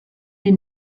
des